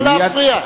לא להפריע.